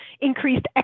increased